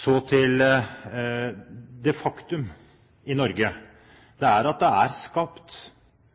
Så til det faktum at det i Norge, i næringslivet og offentlig sektor, er skapt